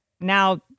now